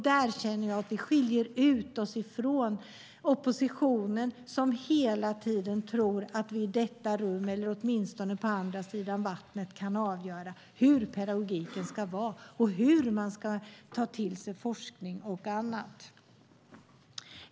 Där känner jag att vi skiljer oss från oppositionen som hela tiden tror att vi i detta rum, eller åtminstone på andra sidan vattnet, kan avgöra hur pedagogiken ska vara och hur man ska ta till sig forskning och annat.